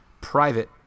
private